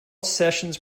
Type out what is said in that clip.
sessions